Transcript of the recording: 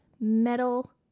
metal